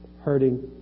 hurting